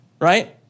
right